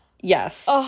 Yes